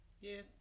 Yes